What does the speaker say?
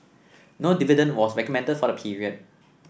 no dividend was recommended for the period